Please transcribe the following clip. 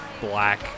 black